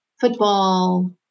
football